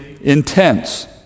intense